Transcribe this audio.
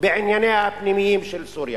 בענייניה הפנימיים של סוריה.